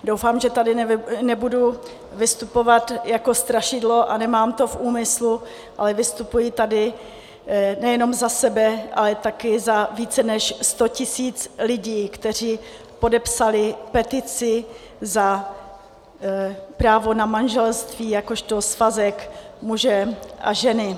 Doufám, že tady nebudu vystupovat jako strašidlo, a nemám to v úmyslu, ale vystupuji tady nejenom za sebe, ale také za více než sto tisíc lidí, kteří podepsali petici za právo na manželství jakožto svazek muže a ženy.